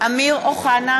אמיר אוחנה,